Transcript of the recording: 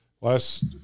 Last